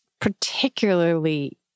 particularly